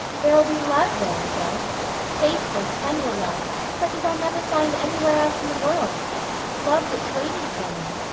there'll be love there, phil faithful, tender love, such as i'll never find anywhere else in the world love that's waiting for me.